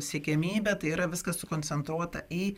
siekiamybė tai yra viskas sukoncentruota į